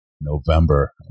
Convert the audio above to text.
November